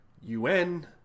UN